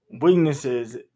weaknesses